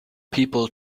people